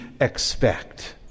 expect